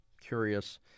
curious